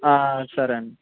సరే అండి